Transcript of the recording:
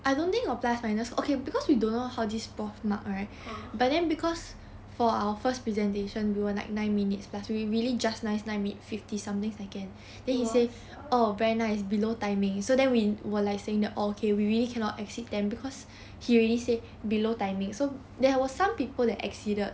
ah